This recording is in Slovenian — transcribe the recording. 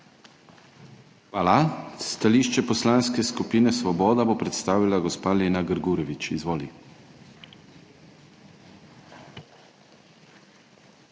Hvala. Stališče Poslanske skupine Svoboda bo predstavila gospa Lena Grgurevič. Izvoli.